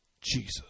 Jesus